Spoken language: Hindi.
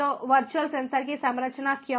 तो वर्चूअल सेंसर की संरचना क्यों